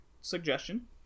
suggestion